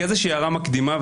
כהערה מקדימה,